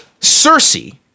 Cersei